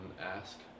ask